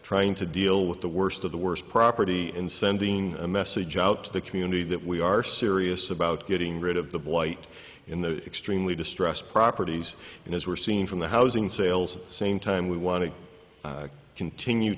trying to deal with the worst of the worst property and sending a message out to the community that we are serious about getting rid of the blight in the extremely distressed properties and as we're seeing from the housing sales same time we want to continue